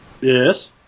Yes